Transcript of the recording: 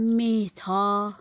मई छ